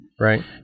Right